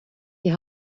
die